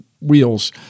wheels